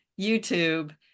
youtube